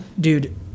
Dude